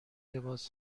لباس